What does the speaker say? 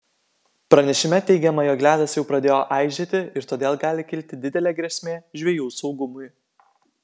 pranešime teigiama jog ledas jau pradėjo aižėti ir todėl gali kilti didelė grėsmė žvejų saugumui